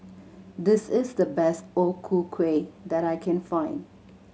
this is the best O Ku Kueh that I can find